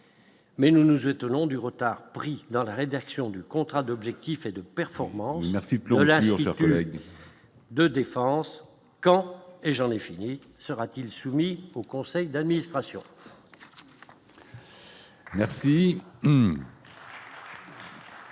Mais nous nous étonnons du retard pris dans la rédaction du contrat d'objectifs et de performance Peyrefitte lors de la relations de défense quand, et j'en ai fini sera-t-il soumis au conseil d'administration.